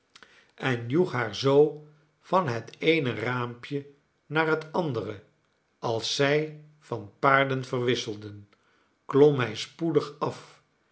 en joeg haar zoo van het eene raampje naar het andere als zij van paarden verwisselden klom hij spoedig af